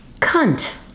Cunt